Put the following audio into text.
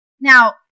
Now